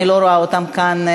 אני לא רואה אותם כאן.